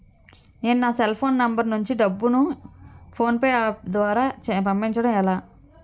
నేను cell phone number నుంచి డబ్బును ను ఫోన్పే అప్ ద్వారా పంపించడం ఎలా?